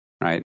right